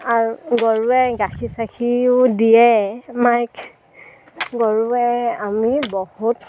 আৰু গৰুৱে গাখীৰ চাখীৰো দিয়ে মাইকী গৰুৱে আমি বহুত